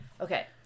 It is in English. okay